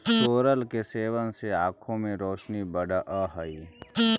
सोरल के सेवन से आंखों की रोशनी बढ़अ हई